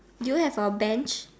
do you have a bench